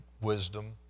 wisdom